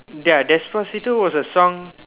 ya Despacito was a song